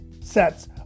sets